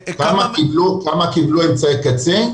כמה קיבלו אמצעי קצה?